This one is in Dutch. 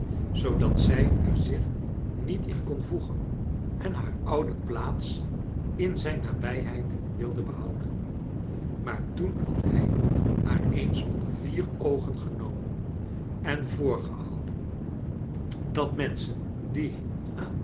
zoodat zij er zich niet in kon voegen en haar oude plaats in zijn nabijheid wilde behouden maar toen had hij haar eens onder vier oogen genomen en voorgehouden dat menschen die